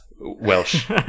Welsh